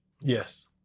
Yes